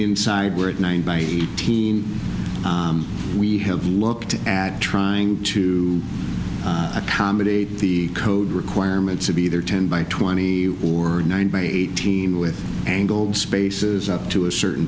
inside we're at nine by eighteen we have looked at trying to accommodate the code requirements of either ten by twenty or nine by eighteen with angled spaces up to a certain